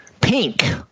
Pink